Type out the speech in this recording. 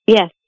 Yes